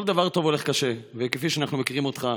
כל דבר טוב הולך קשה, וכפי שאנחנו מכירים אותך,